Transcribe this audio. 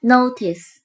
Notice